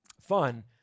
Fun